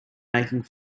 making